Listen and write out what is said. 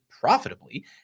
profitably